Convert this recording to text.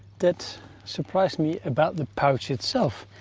that surprised me about the pouch itself.